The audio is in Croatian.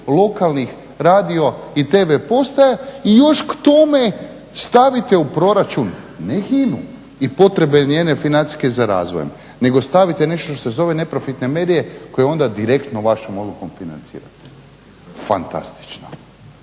lokalnih radio i tv postaja i još k tome stavite u proračun ne HINA-u i potrebe njene financijske za razvojem nego stavite nešto što se zove neprofitne medije koje onda direktno vašom odlukom financirate. Fantastično!